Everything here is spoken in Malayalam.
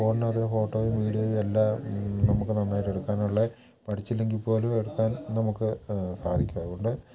ഫോണിനകത്ത് ഫോട്ടോയും വീഡിയോയും എല്ലാം നമുക്ക് നന്നായിട്ട് എടുക്കാനുള്ള പഠിച്ചില്ലെങ്കിൽ പോലും എടുക്കാൻ നമുക്ക് സാധിക്കും അതുകൊണ്ട്